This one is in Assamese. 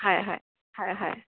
হয় হয় হয় হয়